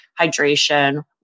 hydration